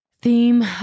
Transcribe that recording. theme